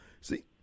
see